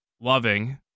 loving